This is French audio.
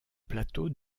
plateau